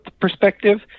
perspective